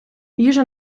їжа